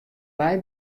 wei